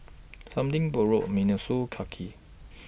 Something Borrowed Miniso